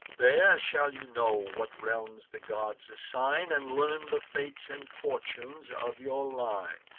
there shall you know what realms the gods assign, and learn the fates and fortunes of your line.